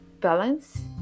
balance